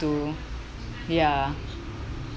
to ya